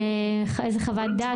איזו חוות דעת,